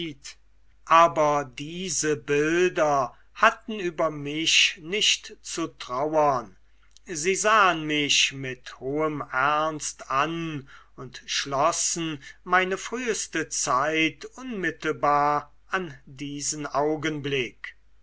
aber diese bilder hatten über mich nicht zu trauern sie sahen mich mit hohem ernst an und schlossen meine früheste zeit unmittelbar an diesen augenblick